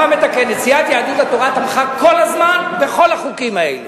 סיעת יהדות התורה תמכה כל הזמן, בכל החוקים האלה.